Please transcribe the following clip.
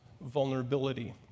vulnerability